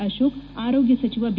ಅಶೋಕ ಆರೋಗ್ಡ ಸಚಿವ ಬಿ